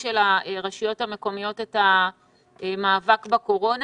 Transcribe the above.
של הרשויות המקומיות את המאבק בקורונה.